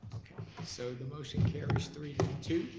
so the motion carries three to two